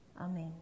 Amen